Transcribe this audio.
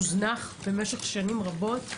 מקום שהוזנח במשך שנים רבות.